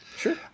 Sure